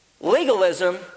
Legalism